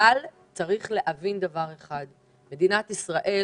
אבל צריך להבין דבר אחד: מדינת ישראל